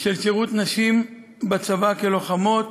של שירות נשים בצבא כלוחמות,